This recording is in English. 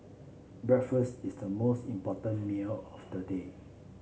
breakfast is the most important meal of the day